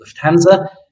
Lufthansa